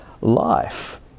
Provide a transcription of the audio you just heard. life